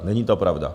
Není to pravda.